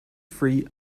free